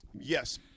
Yes